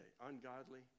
ungodly